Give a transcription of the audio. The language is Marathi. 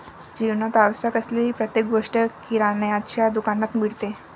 जीवनात आवश्यक असलेली प्रत्येक गोष्ट किराण्याच्या दुकानात मिळते